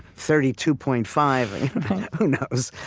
thirty two point five who knows?